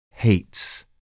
hates